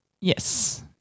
Yes